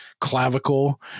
clavicle